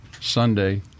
Sunday